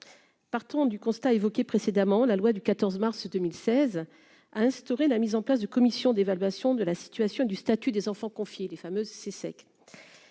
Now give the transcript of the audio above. partant du constat précédemment, la loi du 14 mars 2016 a instauré la mise en place de commissions d'évaluation de la situation du statut des enfants confiés les fameuses c'est